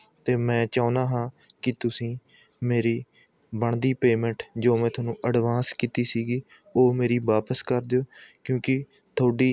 ਅਤੇ ਮੈਂ ਚਾਹੁੰਦਾ ਹਾਂ ਕਿ ਤੁਸੀਂ ਮੇਰੀ ਬਣਦੀ ਪੇਮੈਂਟ ਜੋ ਮੈਂ ਤੁਹਾਨੂੰ ਅਡਵਾਂਸ ਕੀਤੀ ਸੀ ਉਹ ਮੇਰੀ ਵਾਪਸ ਕਰ ਦਿਉ ਕਿਉਂਕਿ ਤੁਹਾਡੀ